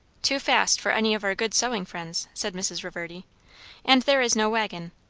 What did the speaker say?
too fast for any of our good sewing friends, said mrs. reverdy and there is no waggon.